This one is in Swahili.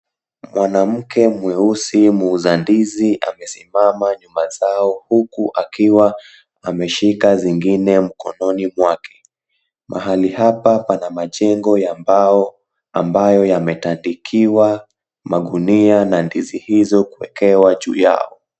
Mwanamke mweusi muuza ndizi amesimama nyuma zao, huku akiwa ameshika zingine mkononi mwake. Mahali hapa pana majengo ya mbao ambayo yametandikiwa magunia na ndizi hizo kuwekewa juub yao.